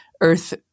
Earth